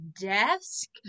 desk